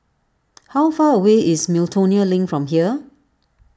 how far away is Miltonia Link from here